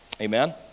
Amen